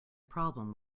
problem